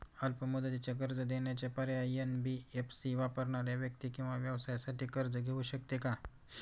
अल्प मुदतीचे कर्ज देण्याचे पर्याय, एन.बी.एफ.सी वापरणाऱ्या व्यक्ती किंवा व्यवसायांसाठी कर्ज घेऊ शकते का?